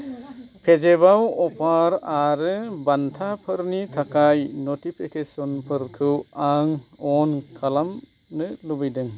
पेजेफआव अफार आरो बान्थाफोरनि थाखाय नटिफिकेसनफोरखौ आं अन खालामनो लुबैदों